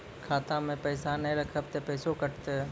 खाता मे पैसा ने रखब ते पैसों कटते?